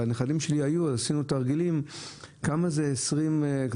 הנכדים שלי היו איתי ועשינו חישובים מהי העלות.